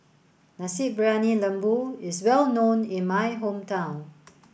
Nasi Briyani Lembu is well known in my hometown